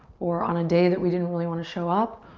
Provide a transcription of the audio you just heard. or on a day that we didn't really want to show up,